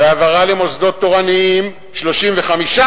ואת ההעברה למוסדות תורניים ב-35%,